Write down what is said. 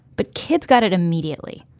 but kids got it immediately.